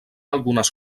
algunes